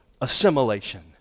assimilation